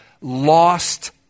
lost